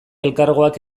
elkargoak